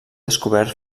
descobert